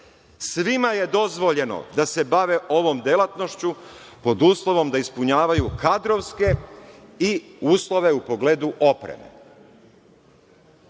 svima je dozvoljeno da se bave ovom delatnošću, pod uslovom da ispunjavaju kadrovske i uslove u pogledu opreme. Mi